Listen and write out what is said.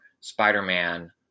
Spider-Man